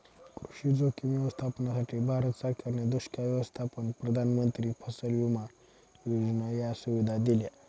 कृषी जोखीम व्यवस्थापनासाठी, भारत सरकारने दुष्काळ व्यवस्थापन, प्रधानमंत्री फसल विमा योजना या सुविधा दिल्या